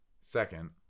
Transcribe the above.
second